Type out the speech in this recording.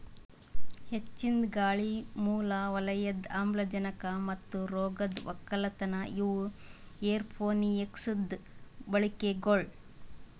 ಹೆಚ್ಚಿಂದ್ ಗಾಳಿ, ಮೂಲ ವಲಯದ ಆಮ್ಲಜನಕ ಮತ್ತ ರೋಗದ್ ಒಕ್ಕಲತನ ಇವು ಏರೋಪೋನಿಕ್ಸದು ಬಳಿಕೆಗೊಳ್